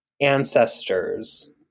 ancestors